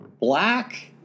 black